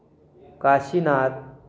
Kashinath